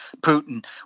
Putin